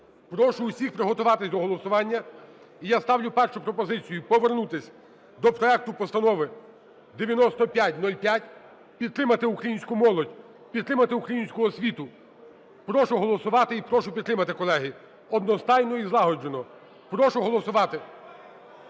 Прошу всіх приготуватись до голосування. І я ставлю першу пропозицію повернутись до проекту Постанови 9505, підтримати українську молодь, підтримати українську освіту. Прошу проголосувати і прошу підтримати, колеги, одностайно і злагоджено. Прошу голосувати.